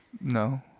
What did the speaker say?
No